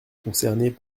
concernées